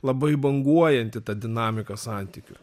labai banguojanti ta dinamika santykių